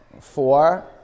four